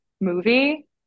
movie